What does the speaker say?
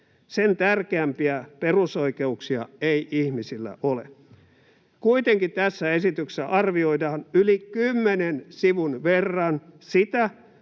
Sen tärkeämpiä perusoikeuksia ei ihmisillä ole. Kuitenkin tässä esityksessä arvioidaan yli kymmenen sivun verran sitä,